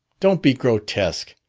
don't be grotesque.